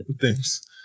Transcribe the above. Thanks